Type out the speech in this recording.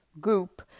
goop